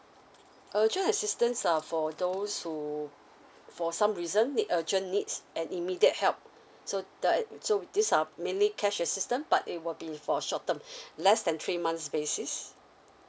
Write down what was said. urgent assistance are for those who for some reason need urgent needs and immediate help so the uh so these are mainly cash assistance but it will be for short term less than three months basis